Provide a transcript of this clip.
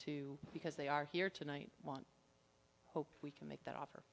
to because they are here tonight want hope we can make that offer